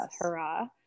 hurrah